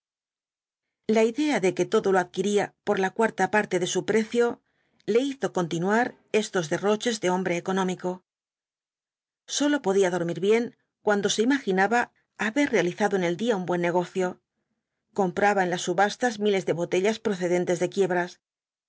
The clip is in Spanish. la idea de que todo lo adquiría por la cuarta parte de su precio le hizo continuar estos derroches de hombre económico sólo podía dormir bien cuando se imaginaba haber realizado en el día un buen negocio compraba en las subastas miles de botellas procedentes de quiebras